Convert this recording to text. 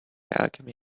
alchemy